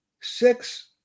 six